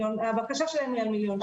הבקשה שלהם היא למיליון שקלים.